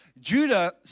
Judah